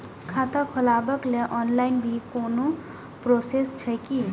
खाता खोलाबक लेल ऑनलाईन भी कोनो प्रोसेस छै की?